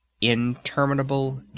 interminable